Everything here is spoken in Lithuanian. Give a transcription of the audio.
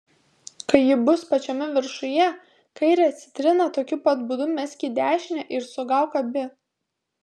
kai ji bus pačiame viršuje kairę citriną tokiu pat būdu mesk į dešinę ir sugauk abi